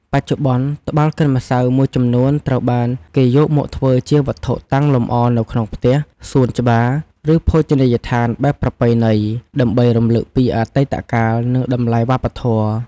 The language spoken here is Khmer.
បច្ចុប្បន្ន ត្បាល់កិនម្សៅមួយចំនួនត្រូវបានគេយកមកធ្វើជាវត្ថុតាំងលម្អនៅក្នុងផ្ទះ សួនច្បារ ឬភោជនីយដ្ឋានបែបប្រពៃណី ដើម្បីរំលឹកពីអតីតកាល និងតម្លៃវប្បធម៌។